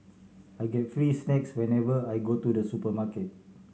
I get free snacks whenever I go to the supermarket